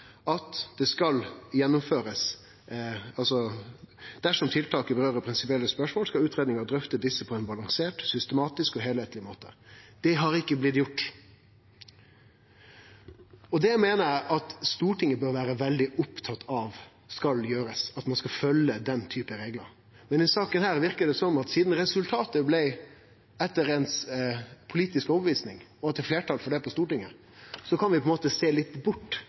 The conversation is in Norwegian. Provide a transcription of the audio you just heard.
prinsipielle spørsmål, skal utredningen drøfte disse på en balansert, systematisk og helhetlig måte.» Det har ikkje blitt gjort. Eg meiner at Stortinget bør vere veldig opptatt av at ein skal følgje den typen reglar. Men i denne saka verkar det som om ein – sidan resultatet blei etter eigen politisk overtyding, og det er fleirtal for det på Stortinget – på ein måte kan sjå litt bort